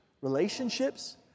relationships